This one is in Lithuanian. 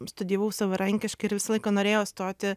studijavau savarankiškai ir visą laiką norėjau stoti